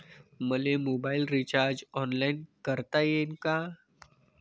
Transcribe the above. मले mobile recharge online करता येईन का?